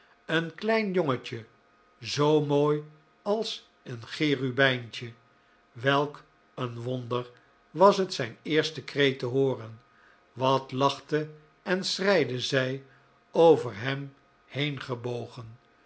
een klein jongetje zoo mooi als een cherubijntje welk een wonder was het zijn eersten kreet te hooren wat lachte en schreide zij over hem heengebogen